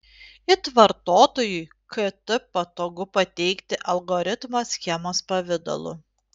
it vartotojui kt patogu pateikti algoritmo schemos pavidalu